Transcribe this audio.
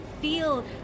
feel